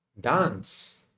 dance